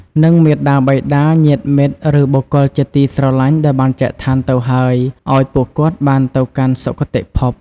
និងមាតាបិតា ញាតិមិត្ត ឬបុគ្គលជាទីស្រឡាញ់ដែលបានចែកឋានទៅហើយ ឲ្យពួកគាត់បានទៅកាន់សុគតិភព។